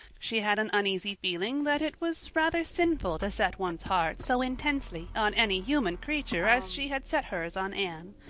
she had an uneasy feeling that it was rather sinful to set one's heart so intensely on any human creature as she had set hers on anne,